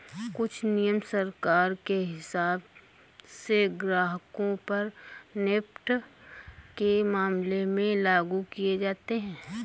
कुछ नियम सरकार के हिसाब से ग्राहकों पर नेफ्ट के मामले में लागू किये जाते हैं